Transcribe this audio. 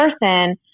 person